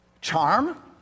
charm